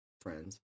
friends